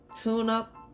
Tune-up